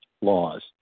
laws